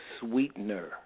sweetener